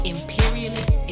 Imperialist